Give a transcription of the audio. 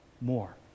more